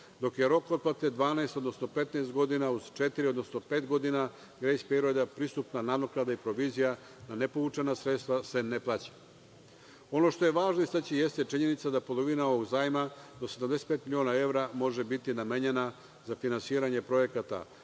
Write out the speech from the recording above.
dok je rok otplate 12, odnosno 15 godina, uz četiri odnosno pet godina grejs perioda. Pristupna nadoknada i provizija na nepovučena sredstva se ne plaćaju. Ono što je važno istaći jeste činjenica da polovina ovog zajma, do 75 miliona evra može biti namenjena za finansiranje projekata,